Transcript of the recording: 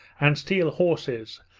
and steal horses,